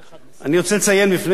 אני רוצה לציין בפני חברי הכנסת,